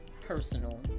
personal